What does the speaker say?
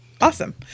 awesome